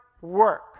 work